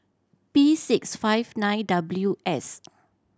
P six five nine W S